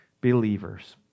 believers